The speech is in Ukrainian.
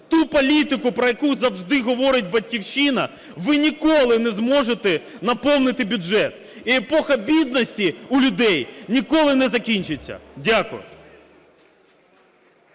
ту політику, про яку завжди говорить "Батьківщина", ви ніколи не зможете наповнити бюджет. І епоха бідності у людей ніколи не закінчиться. Дякую.